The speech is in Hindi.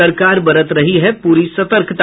सरकार बरत रही है पूरी सतर्कता